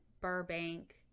Burbank